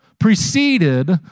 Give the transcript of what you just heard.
Preceded